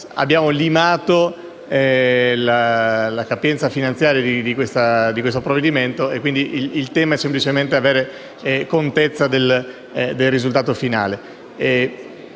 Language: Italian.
abbiamo limato la capienza finanziaria di questo provvedimento e quindi resta semplicemente di avere contezza del risultato finale.